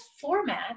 format